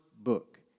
book